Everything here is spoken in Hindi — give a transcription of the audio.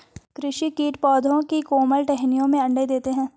कृषि कीट पौधों की कोमल टहनियों में अंडे देते है